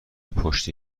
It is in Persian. پشت